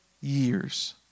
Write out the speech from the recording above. years